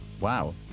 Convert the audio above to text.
Wow